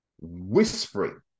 whispering